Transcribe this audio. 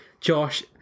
Josh